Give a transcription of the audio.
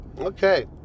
okay